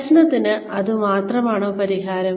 പ്രശ്നത്തിന് അത് മാത്രമാണോ പരിഹാരം